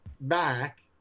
back